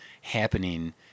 happening